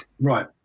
Right